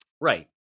Right